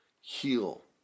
Heal